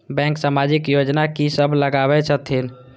Bank समाजिक योजना की सब चलावै छथिन?